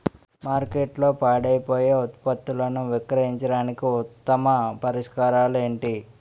మార్కెట్లో పాడైపోయే ఉత్పత్తులను విక్రయించడానికి ఉత్తమ పరిష్కారాలు ఏంటి?